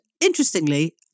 interestingly